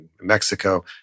Mexico